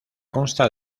consta